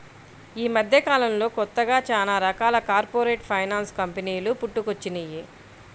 యీ మద్దెకాలంలో కొత్తగా చానా రకాల కార్పొరేట్ ఫైనాన్స్ కంపెనీలు పుట్టుకొచ్చినియ్యి